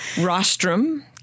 rostrum